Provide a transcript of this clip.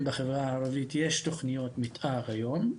בחברה הערבית יש תוכניות מתאר כיום.